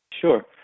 Sure